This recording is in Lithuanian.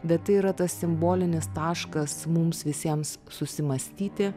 bet tai yra tas simbolinis taškas mums visiems susimąstyti